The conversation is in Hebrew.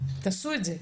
תעשו את זה.